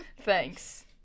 Thanks